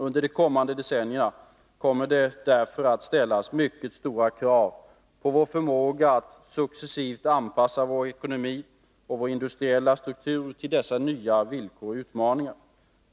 Under de kommande decennierna kommer det därför att ställas mycket stora krav på vår förmåga att successivt anpassa vår ekonomi och vår industriella struktur till dessa nya villkor och utmaningar.